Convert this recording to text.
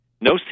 No